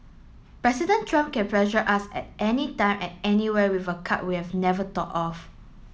president Trump can pressure us at anytime at anywhere with a card we'd never thought of